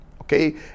Okay